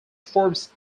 forbes